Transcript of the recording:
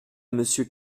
monsieur